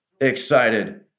excited